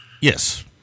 Yes